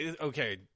okay